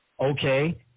Okay